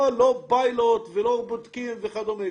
לא פיילוט ולא בודקים וכדומה.